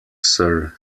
sir